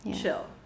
chill